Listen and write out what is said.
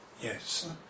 yes